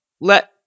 let